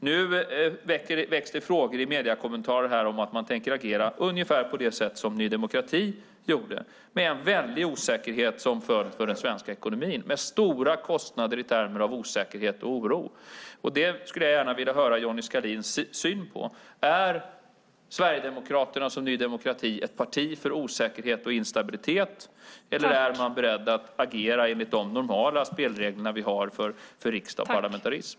Nu väcks det frågor i mediekommentarer om att man tänker agera ungefär så som Ny demokrati gjorde, med en väldig osäkerhet som följd för den svenska ekonomin och med stora kostnader i termer av osäkerhet och oro. Jag skulle gärna vilja höra om Johnny Skalins syn på detta. Är Sverigedemokraterna precis som Ny demokrati ett parti för osäkerhet och instabilitet, eller är man beredd att agera enligt de normala spelregler vi har för riksdag och parlamentarism?